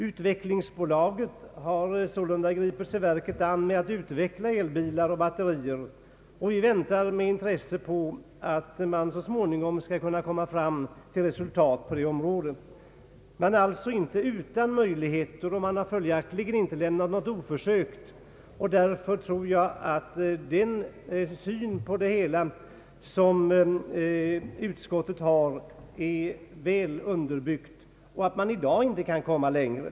Utvecklingsbolaget har sålunda gripit sig verket an med att utveckla elbilar och batterier, och vi väntar med intresse på att man så småningom skall kunna nå resultat på det området. Staten har alltså inte lämnat något oförsökt. Därför anser jag att den syn på hela denna fråga som utskottet har är väl underbyggd och att det i dag inte går att komma längre.